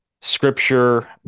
scripture